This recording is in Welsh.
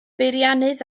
beiriannydd